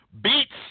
beats